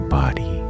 body